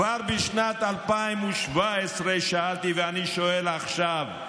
כבר בשנת 2017 שאלתי, ואני שואל עכשיו: